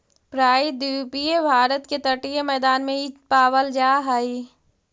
प्रायद्वीपीय भारत के तटीय मैदान में इ पावल जा हई